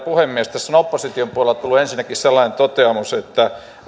puhemies tässä on opposition puolelta tullut ensinnäkin sellainen toteamus että